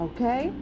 Okay